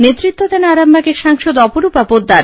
নেতৃত্ব দেন আরামবাগের সাংসদ অপরূপা পোদ্দার